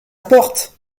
porte